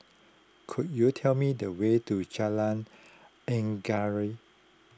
could you tell me the way to Jalan Anggerek